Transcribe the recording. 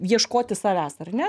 ieškoti savęs ar ne